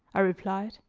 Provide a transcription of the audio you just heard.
i replied.